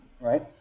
right